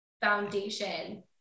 foundation